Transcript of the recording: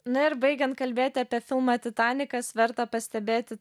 na ir baigiant kalbėti apie filmą titanikas verta pastebėti